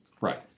Right